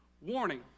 warning